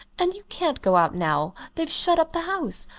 and you can't go out now they've shut up the house.